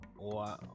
Wow